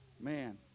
man